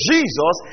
Jesus